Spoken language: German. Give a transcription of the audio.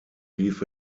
lief